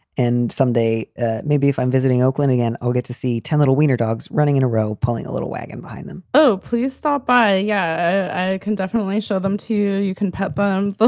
and someday maybe if i'm visiting oakland again, i'll get to see ten little wiener dogs running in a row pulling a little wagon behind them oh please stop by. yeah, i can definitely show them to. you can pet bone, but